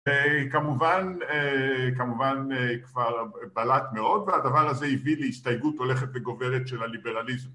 כמובן, כמובן.. כבר בלט מאוד והדבר הזה הביא להסתייגות הולכת בגוברת של הליברליזם